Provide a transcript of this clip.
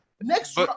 Next